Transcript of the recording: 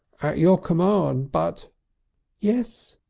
at your command. but yes?